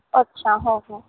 અચ્છા હા હા